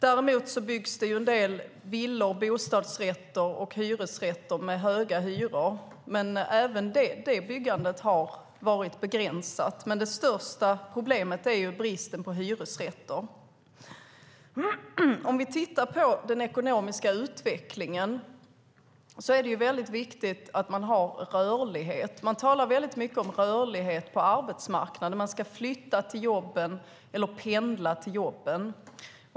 Det byggs en del villor, bostadsrätter och hyresrätter med höga hyror, men även detta byggande har varit begränsat. Det största problemet är dock bristen på hyresrätter. Om vi tittar på den ekonomiska utvecklingen är det väldigt viktigt att man har rörlighet. Man talar mycket om rörlighet på arbetsmarknaden och att man ska flytta till jobben eller pendla till jobben.